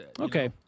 Okay